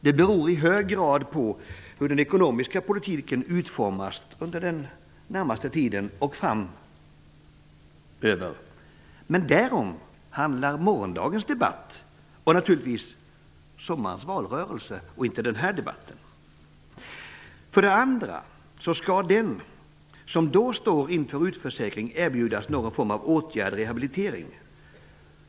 Det beror i hög grad på hur den ekonomiska politiken kommer att utformas under den närmaste tiden och framöver. Men därom handlar morgondagens debatt och sommarens valrörelse och inte den här debatten. För det andra skall den som då står inför utförsäkring erbjudas någon form av åtgärd/rehabilitering.